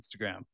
Instagram